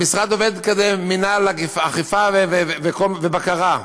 במשרד עובד מינהל אכיפה ובקרה.